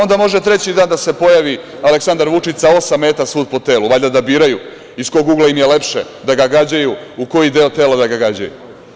Onda može treći dan da se pojavi Aleksandar Vučić sa osam meta svuda po telu, valjda da biraju iz kog ugla im je lepše da ga gađaju, u koji deo tela da ga gađaju.